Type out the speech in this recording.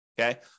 Okay